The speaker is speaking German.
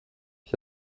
ich